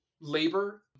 labor